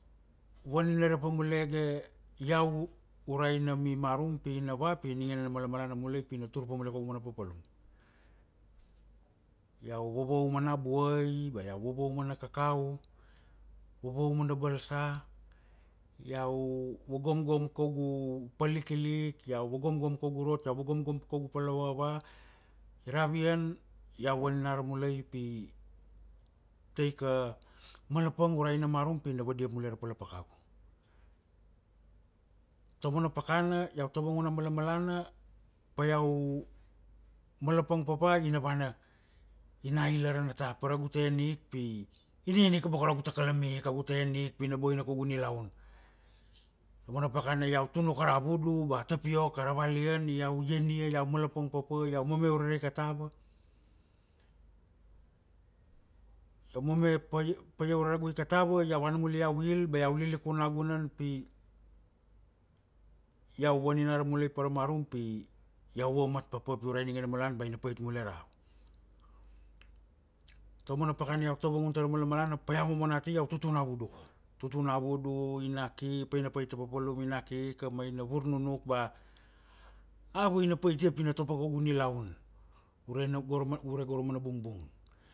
Vaninara pa mulege iau, urai ni marum pi na vua pi ningene malamalana mulai pi na tur pa mulai kaugu mana papalum. Iau vavauma na buai ba vavauma na kakau, vavauma na balsa, iau vogomgom kaugu palikilik, iau vogomgom kaugu rot iau vogomgom kaugu pal na vuavua, ravian iau vaninara mulai, pi taika malapang urai na marum pina vadiop mulai ra pala pakagu. Taumana pakana iau tavangun a malamalana, pa iau malapang papa ina vana, ina ila ara na ta paragu ta ien ik pi ina en iga boko ra togu takalami ika otemit pina boina ka kaugu nilaun, auvana pakana iau tun uka ra vudu ba tapiok ara valian, iau ian ia iau malapang papa iau mome ure aika tawa, iau mome pa, par aika agu tawa iau vana mulai iau il ba iau lilikun nagunan pi, iau vaninara mulai para marum pi iau vuamat papa pi urai ningene malana ba ina pait mulai arava, tomana pakana iau tavangun tara malamalana pa iau mome na tea iau tutun avudu ka, tutun avudu ina ki paina pait apopolum ina ki ika ma ina vurnunuk ba, ava ina paita pina tobo kaugu nilaun, ure na go ra mana- ure na go ra mana bungbung,